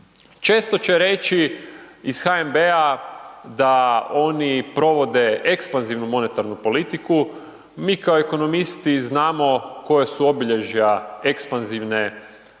Često će reći iz HNB-a da oni provode ekspanzivnu monetarnu politiku. Mi kao ekonomisti, znamo, koja su obilježe, ekspanzivne monetarne